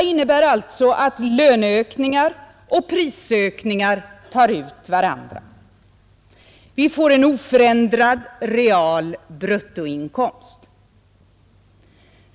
Vi får en oförändrad real bruttoinkomst.